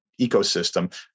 ecosystem